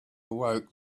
awoke